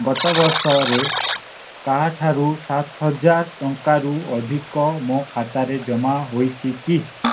ଗତ ବର୍ଷରେ କାହାଠାରୁ ସାତ ହଜାର ଟଙ୍କାରୁ ଅଧିକ ମୋ ଖାତାରେ ଜମା ହୋଇଛି କି